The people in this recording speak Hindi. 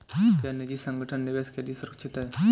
क्या निजी संगठन निवेश के लिए सुरक्षित हैं?